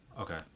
Okay